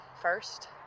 first